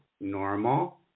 normal